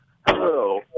Hello